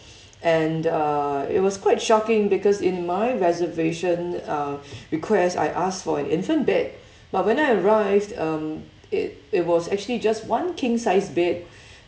and uh it was quite shocking because in my reservation uh request I asked for an infant bed but when I arrived um it it was actually just one king sized bed